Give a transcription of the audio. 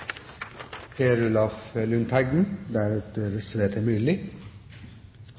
Per Olaf Lundteigen.